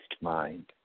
mind